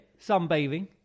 sunbathing